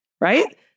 right